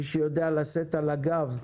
מי שיודע לשאת על הגב,